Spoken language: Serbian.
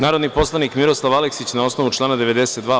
Narodni poslanik Miroslav Aleksić, na osnovu člana 92.